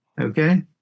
Okay